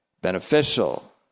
beneficial